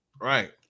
Right